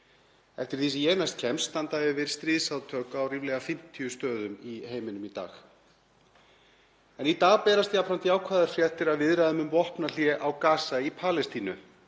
Eftir því sem ég kemst næst standa yfir stríðsátök á ríflega 50 stöðum í heiminum í dag. Í dag berast jafnframt jákvæðar fréttir af viðræðum um vopnahlé á Gaza í Palestínu,